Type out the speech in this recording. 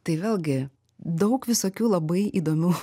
tai vėlgi daug visokių labai įdomių